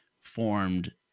formed